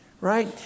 right